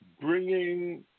bringing